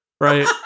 right